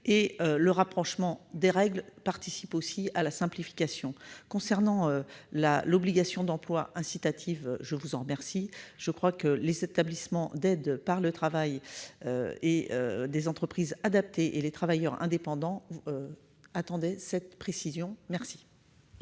le rapprochement des règles participe aussi de la simplification. Concernant l'obligation d'emploi incitative, je vous remercie de vos éléments de réponse. Les établissements et services d'aide par le travail, les entreprises adaptées et les travailleurs indépendants attendaient cette précision. La